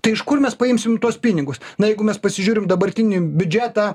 tai iš kur mes paimsim tuos pinigus na jeigu mes pasižiūrim dabartinį biudžetą